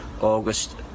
August